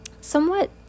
somewhat